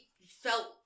felt